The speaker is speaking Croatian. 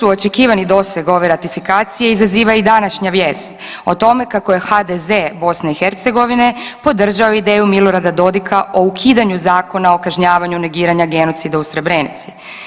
očekivani doseg ove ratifikacije izaziva i današnja vijest o tome kako je HDZ BiH podržao ideju Milorada Dodiga o ukidanju Zakona o kažnjavanju negiranja genocida u Srebrenici.